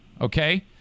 okay